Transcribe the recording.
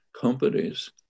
companies